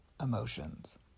emotions